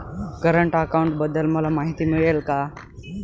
Current अकाउंटबद्दल मला माहिती मिळेल का?